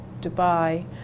Dubai